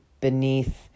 beneath